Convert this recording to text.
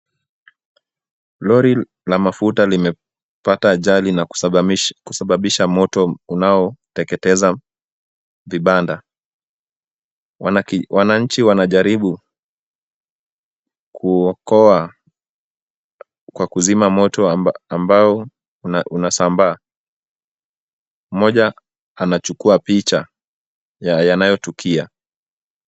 Lori la mafuta limepata ajali na kusababisha moto unao teketeza vibanda. Wananchi wanajaribu kuokoa kwa kuzima moto ambao unasambaa. Mmoja anachukua picha ya yanayotukia.